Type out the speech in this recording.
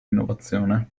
innovazione